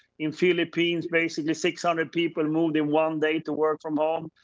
in philippines basically six hundred people moved in one day to work from home,